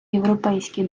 європейський